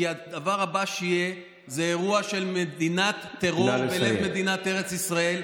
כי הדבר הבא שיהיה זה אירוע של מדינת טרור בלב מדינת ארץ ישראל.